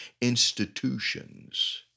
institutions